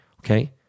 okay